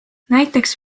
näiteks